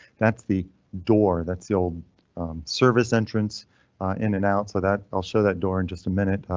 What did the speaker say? that's the door. that's the old service entrance in and out so that i'll show that door in just a minute.